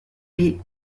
est